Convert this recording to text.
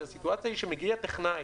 זה נראה ככה.